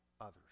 others